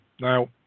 Now